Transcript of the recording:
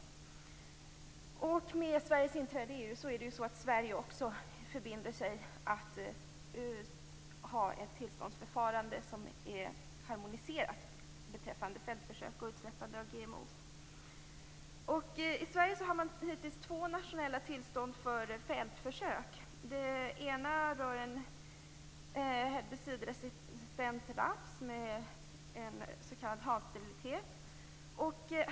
I och med Sveriges inträde i EU förbinder sig landet till ett harmoniserat tillståndsförfarande beträffande fältförsök och utsläppande av GMO:er. I Sverige finns hittills två nationella tillstånd för fältförsök. Det ena rör en herbicidresistent raps med en s.k. hansterilitet.